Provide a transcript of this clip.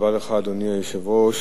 אדוני היושב-ראש,